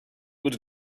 was